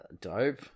dope